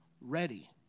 ready